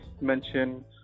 mention